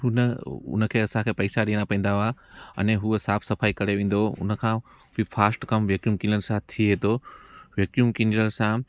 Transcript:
हुन हुन खे असांखे पैसा ॾेअणा पवंदा हुआ अने उहो साफ़ सफ़ाई करे वेंदो हुओ हुन खां बि फास्ट कमु वेक्युम किनल सां थिए थो वैक्युम किनियर सां